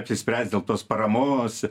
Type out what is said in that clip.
apsispręst dėl tos paramos